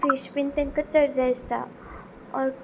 fish बीन तांकां चड जाय आसता ऑर